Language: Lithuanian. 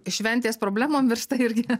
šventės problemom virsta irgi